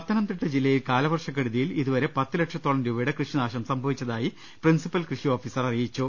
പത്തനാതിട്ടൂജില്ലയിൽ കാലവർഷക്കെടുതിയിൽ ഇതുവരെ പത്ത് ലക്ഷത്തോളം രൂപയുടെ കൃഷിനാശം സംഭവിച്ചതായി പ്രിൻസിപ്പൽ കൃഷിഓഫീസർ അറിയിച്ചു